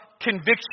conviction